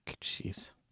jeez